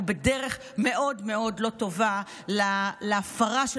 אנחנו בדרך מאוד מאוד לא טובה להפרה של